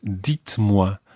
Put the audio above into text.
dites-moi